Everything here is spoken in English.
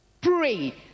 pray